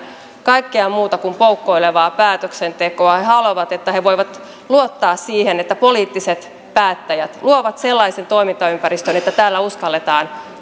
kaikkea muuta kuin poukkoilevaa päätöksentekoa he haluavat että he voivat luottaa siihen että poliittiset päättäjät luovat sellaisen toimintaympäristön että täällä uskalletaan